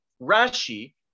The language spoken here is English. Rashi